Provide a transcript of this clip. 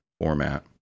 format